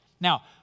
Now